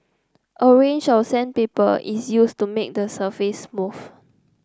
a range of sandpaper is used to make the surface smooth